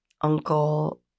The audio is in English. uncle